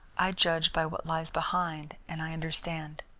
i judge by what lies behind, and i understand.